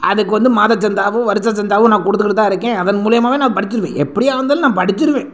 அதுக்கு வந்து மாத சந்தாவும் வருட சந்தாவும் நான் கொடுத்துக்கிட்டு தான் இருக்கேன் அதன் மூலயமாவே நான் படிச்சிடுவேன் எப்படியாருந்தாலும் நான் படிச்சிடுவேன்